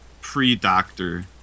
pre-Doctor